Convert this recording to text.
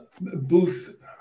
Booth